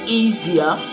easier